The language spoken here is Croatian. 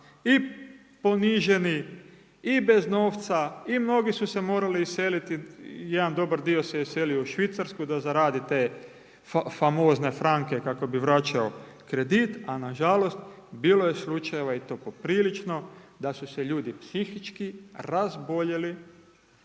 i poniženi i bez novca i mnogi su se morali iseliti, jedan dobar dio se iselio u Švicarsku da zaradi te famozne franke kako bi vraćao kredit, a nažalost bilo je slučajeva i to poprilično, da su se ljudi psihički razboljeli,